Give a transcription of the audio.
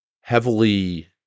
heavily